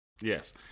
Yes